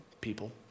people